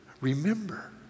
Remember